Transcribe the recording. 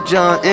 John